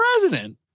president